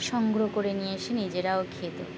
সংগ্রহ করে নিয়ে এসে নিজেরাও খেত